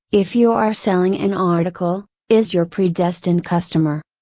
if you are selling an article, is your predestined customer?